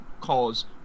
calls